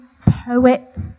poet